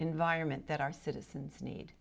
environment that our citizens ne